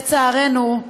לצערנו,